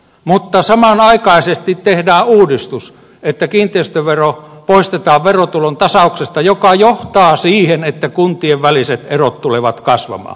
mutta samanaikaisesti tehdään uudistus että kiinteistövero poistetaan verotulontasauksesta mikä johtaa siihen että kuntien väliset erot tulevat kasvamaan